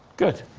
good.